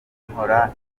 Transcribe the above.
mpora